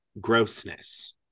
grossness